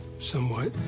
Somewhat